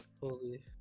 Holy